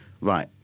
right